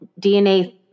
DNA